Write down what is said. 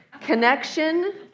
connection